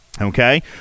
okay